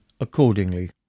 accordingly